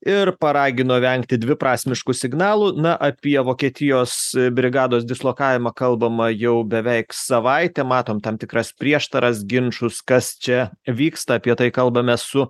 ir paragino vengti dviprasmiškų signalų na apie vokietijos brigados dislokavimą kalbama jau beveik savaitę matom tam tikras prieštaras ginčus kas čia vyksta apie tai kalbame su